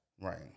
right